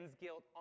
guilt